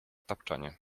tapczanie